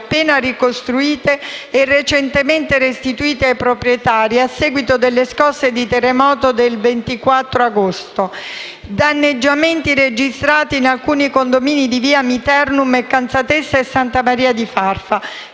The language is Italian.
appena ricostruite e recentemente restituite ai proprietari, a seguito delle scosse di terremoto del 24 agosto. Danneggiamenti sono stati registrati in alcuni condomini di via Amiternum e a Cansatessa e Santa Maria di Farfa,